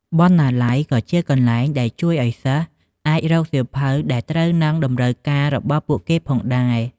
បណ្ណាល័យក៏ជាកន្លែងដែលជួយឲ្យសិស្សអាចរកសៀវភៅដែលត្រូវនឹងតម្រូវការសិក្សារបស់ពួកគេផងដែរ។